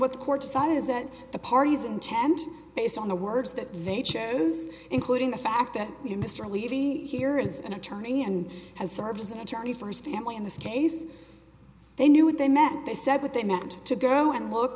what the court decided is that the parties intent based on the words that they chose including the fact that you mr levy here is an attorney and has served as an attorney for his family in this case they knew what they meant they said what they meant to go and look